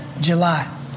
July